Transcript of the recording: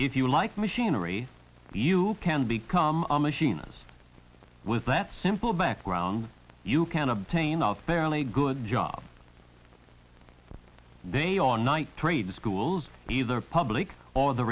if you like machinery you can become a machinist with that simple background you can obtain a fairly good job day or night trade schools either public or the